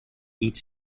each